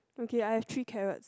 okay I have three carrots